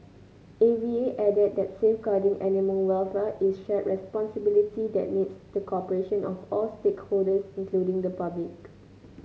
A V A added that safeguarding animal welfare is a shared responsibility that needs the cooperation of all stakeholders including the public